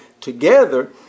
together